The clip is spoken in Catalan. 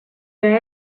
que